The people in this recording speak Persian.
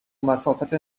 مسافت